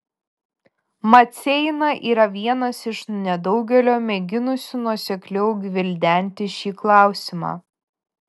maceina yra vienas iš nedaugelio mėginusių nuosekliau gvildenti šį klausimą